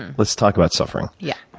and let's talk about suffering. yeah.